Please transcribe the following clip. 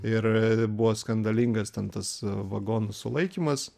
ir buvo skandalingas ten tas vagonų sulaikymas